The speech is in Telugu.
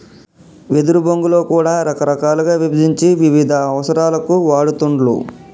వెదురు బొంగులో కూడా రకాలుగా విభజించి వివిధ అవసరాలకు వాడుతూండ్లు